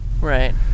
right